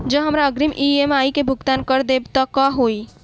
जँ हमरा अग्रिम ई.एम.आई केँ भुगतान करऽ देब तऽ कऽ होइ?